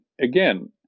again